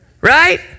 right